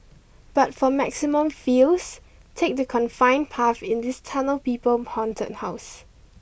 but for maximum feels take the confined path in this Tunnel People haunted house